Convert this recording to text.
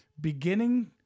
beginning